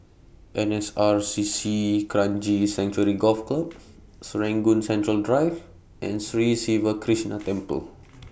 N S R C C Kranji Sanctuary Golf Club Serangoon Central Drive and Sri Siva Krishna Temple